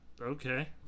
okay